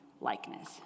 likeness